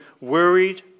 worried